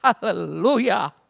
Hallelujah